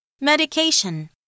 Medication